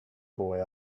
boy